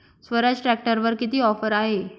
स्वराज ट्रॅक्टरवर किती ऑफर आहे?